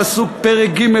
פרק ג',